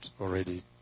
already